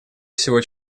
всего